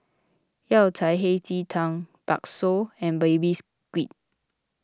Yao Cai Hei Ji Tang Bakso and Baby Squid